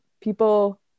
people